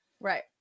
right